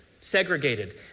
segregated